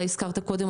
הזכרת קודם,